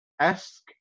esque